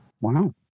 wow